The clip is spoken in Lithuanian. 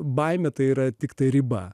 baimė tai yra tiktai riba